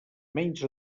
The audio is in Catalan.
menys